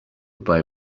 buy